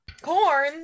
corn